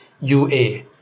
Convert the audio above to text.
UA